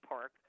Park